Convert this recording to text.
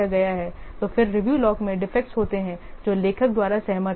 तो फिर review log में डिफेक्ट होते हैं जो लेखक द्वारा सहमत हैं